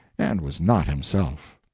and was not himself.